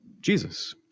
Jesus